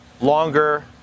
longer